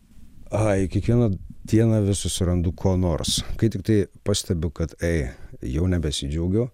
ai kiekvieną dieną vis susirandu ko nors kai tiktai pastebiu kad ei jau nebesidžiaugiu